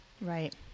Right